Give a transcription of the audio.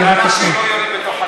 בבקשה.